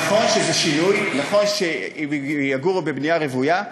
נכון שזה שינוי, נכון שהם יגורו בבנייה רוויה,